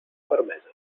fermesa